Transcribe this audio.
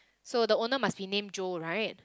so the owner must be named Joe right